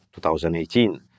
2018